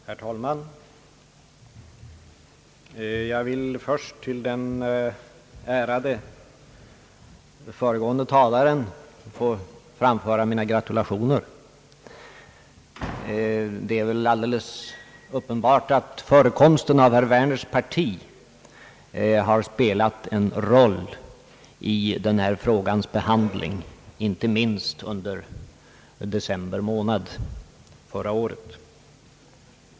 Herr talman! Jag vill först till den ärade föregående talaren framföra mina gratulationer. Det är väl alldeles uppenbart att förekomsten av herr Werners parti har spelat en roll i den här frågans behandling, inte minst under december månad förra året.